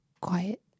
quiet